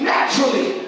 Naturally